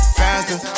faster